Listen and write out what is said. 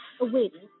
awaiting